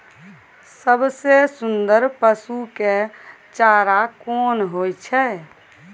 सबसे सुन्दर पसु के चारा कोन होय छै?